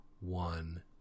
one